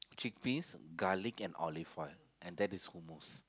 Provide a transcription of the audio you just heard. chickpeas garlic and olive oil and that is who moves